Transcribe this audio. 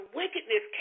wickedness